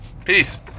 Peace